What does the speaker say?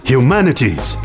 Humanities